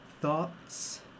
Thoughts